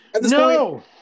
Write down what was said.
No